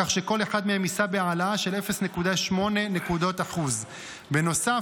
כך שכל אחד מהם יישא בהעלאה של 0.8%. בנוסף,